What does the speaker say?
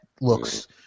looks